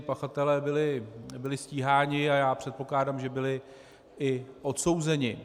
Pachatelé byli stíháni a já předpokládám, že byli i odsouzeni.